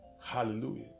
hallelujah